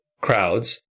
crowds